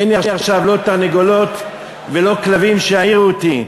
אין לי עכשיו לא תרנגולות ולא כלבים שיעירו אותי.